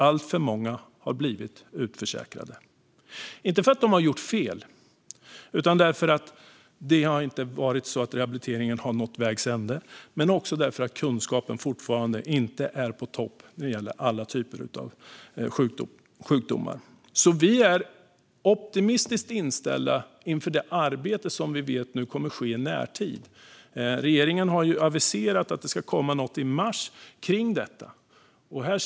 Alltför många har blivit utförsäkrade, inte för att de har gjort fel utan för att rehabiliteringen inte har nått vägs ände eller för att kunskapen fortfarande inte är på topp när det gäller alla typer av sjukdomar. Vi är optimistiskt inställda inför det arbete som vi vet kommer att ske i närtid. Regeringen har aviserat att något ska komma i mars när det gäller detta.